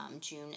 june